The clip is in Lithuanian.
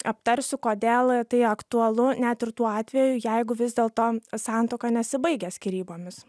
aptarsiu kodėl tai aktualu net ir tuo atveju jeigu vis dėlto santuoka nesibaigia skyrybomis